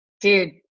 dude